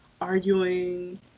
arguing